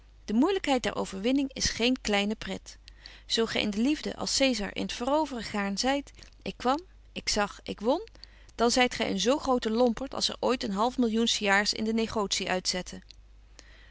de moeilykheid der overwinning is geen kleine pret zo gy in de liefde als cesar in het veroveren gaarn zeit ik kwam ik zag ik won dan zyt gy een zo groten lompert als er ooit een halfmillioen s jaars in de negotie uitzette